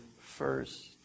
first